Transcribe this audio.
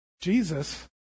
Jesus